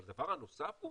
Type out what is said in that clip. אבל הדבר הנוסף הוא